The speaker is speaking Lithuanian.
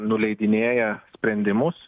nuleidinėja sprendimus